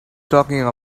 talking